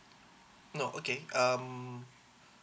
no oh okay um